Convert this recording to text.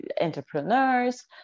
entrepreneurs